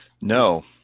No